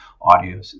audio